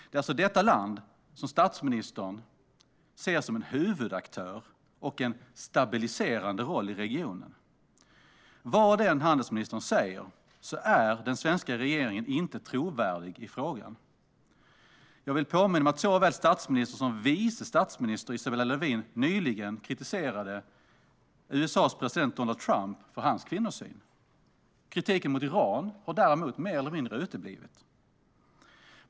Det är alltså detta land som statsministern ser som en huvudaktör med en stabiliserande roll i regionen. Vad än handelsministern säger är den svenska regeringen inte trovärdig i frågan. Jag vill påminna om att såväl statsministern som vice statsminister Isabella Lövin nyligen kritiserade USA:s president Donald Trump för hans kvinnosyn. Kritiken mot Iran har däremot mer eller mindre uteblivit.